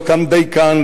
לא קם דיקן,